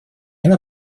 она